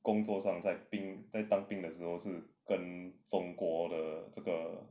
工作上在当兵的时候是跟中国的这个